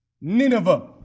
Nineveh